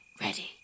ready